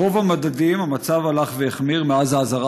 ברוב המדדים המצב הלך והחמיר מאז האזהרה